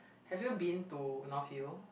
have you been to north-hill